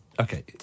Okay